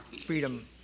freedom